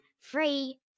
free